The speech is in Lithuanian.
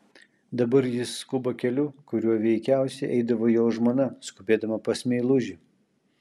dabar jis skuba keliu kuriuo veikiausiai eidavo jo žmona skubėdama pas meilužį